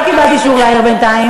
לא קיבלת אישור להעיר בינתיים.